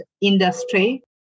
industry